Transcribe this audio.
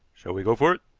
shall we go for it?